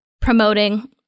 promoting